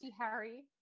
harry